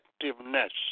effectiveness